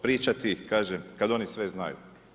Pričati kažem kad oni sve znaju.